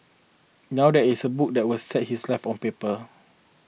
now there is a book that will set his life on paper